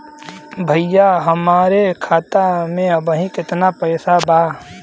भईया हमरे खाता में अबहीं केतना पैसा बा?